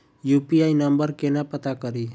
UPI number केना पत्ता कड़ी?